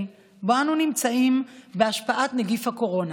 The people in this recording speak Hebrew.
שבו אנו נמצאים בהשפעת נגיף הקורונה